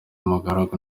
umugaragu